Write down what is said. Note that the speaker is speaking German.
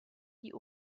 die